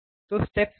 तो स्टेप्स क्या हैं